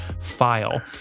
file